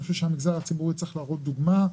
צריך להראות דוגמה,